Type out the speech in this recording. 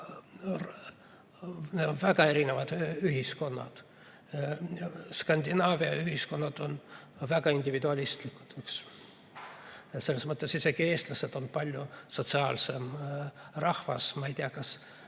väga erinevad ühiskonnad. Skandinaavia ühiskonnad on väga individualistlikud, isegi eestlased on palju sotsiaalsem rahvas, ma ei tea, kas